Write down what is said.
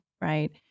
right